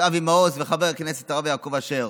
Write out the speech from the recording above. אבי מעוז וחבר הכנסת הרב יעקב אשר,